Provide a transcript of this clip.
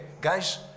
guys